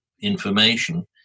information